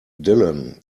dylan